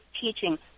teaching